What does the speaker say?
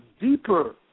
deeper